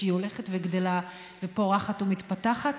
שהיא הולכת וגדלה ופורחת ומתפתחת,